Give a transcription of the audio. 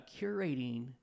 curating